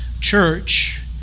Church